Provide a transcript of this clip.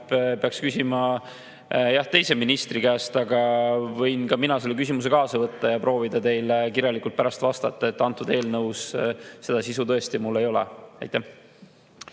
peaks küsima jah teise ministri käest. Aga võin ka mina selle küsimuse kaasa võtta ja proovida teile kirjalikult pärast vastata. Selles eelnõus seda sisu tõesti ei ole. Ma